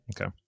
Okay